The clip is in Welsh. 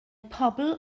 pobol